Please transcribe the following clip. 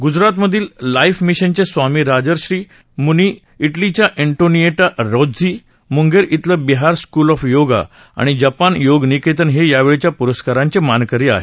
गुजरातमधल्या लाईफ मिशनचे स्वामी राजर्षी मुनी इटलीच्या एंटोनिएटा रोइझी मुंगेर इथलं बिहार स्कूल ऑफ योगा आणि जपान योग निकेतन हे यावेळच्या पुरस्कारांचे मानकरी आहेत